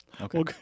Okay